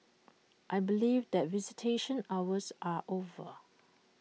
I believe that visitation hours are over